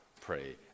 pray